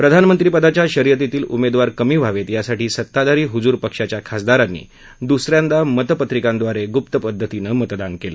प्रधानमंत्रीपदाच्या शर्यतीतील उमेदवार कमी व्हावेत यासाठी सत्ताधारी हुजुर पक्षाच्या खासदारांनी दुसऱ्यांदा मतपर्तिकांद्वारे गुप्तपद्वतीनं मतदान केलं